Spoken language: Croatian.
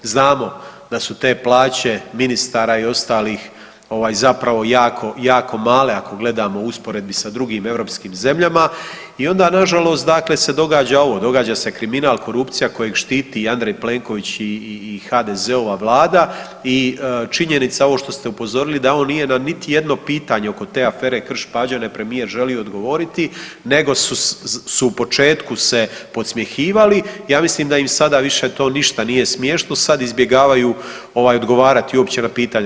Znamo da su te plaće ministara i ostalih, ovaj, zapravo jako, jako male, ako gledamo u usporedbi s drugim europskim zemljama i onda nažalost dakle se događa ovo, događa se kriminal, korupcija kojeg štiti i Andrej Plenković i HDZ-ova Vlada i činjenica, ovo što ste upozorili, da on nije na niti jedno pitanje oko te afere Krš-Pađene, premijer želio odgovoriti nego su u početku se podsmjehivali, ja mislim da im sada više to ništa nije smiješno, sad izbjegavaju ovaj, odgovarati uopće na pitanja.